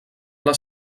les